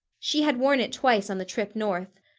she had worn it twice on the trip north.